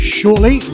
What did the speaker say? shortly